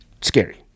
scary